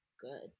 good